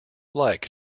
like